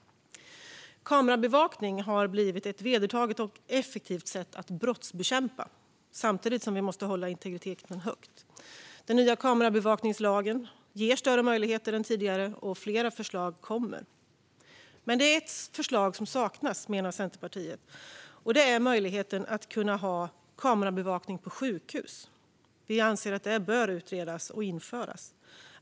Kamerabevakning har blivit ett vedertaget och effektivt sätt att brottsbekämpa. Samtidigt måste vi hålla integriteten högt. Den nya kamerabevakningslagen ger större möjligheter än tidigare, och fler förslag kommer. Men Centerpartiet menar att det är ett förslag som saknas: möjligheten till kamerabevakning på sjukhus. Vi anser att detta bör utredas och införas.